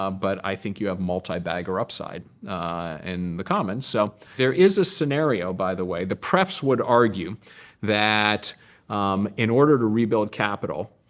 um but i think you have multi-bagger upside in the common. so there is a scenario, by the way. the prefs would argue that in order to rebuild capital,